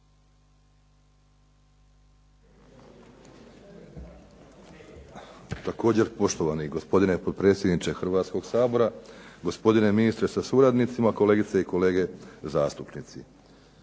Također poštovani gospodine potpredsjedniče Hrvatskoga sabora, gospodine ministre sa suradnicima, kolegice i kolege zastupnici.